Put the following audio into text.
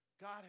God